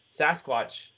sasquatch